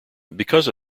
because